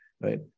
right